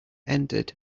ended